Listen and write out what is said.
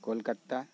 Kolkata